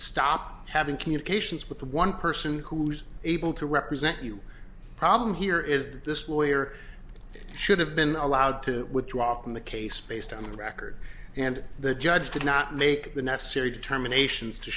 stop having communications with the one person who's able to represent you problem here is that this way or should have been allowed to withdraw from the case based on the record and the judge did not make the necessary determinations to